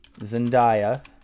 Zendaya